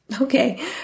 Okay